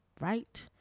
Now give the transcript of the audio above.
right